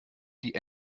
die